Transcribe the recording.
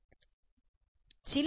plymouth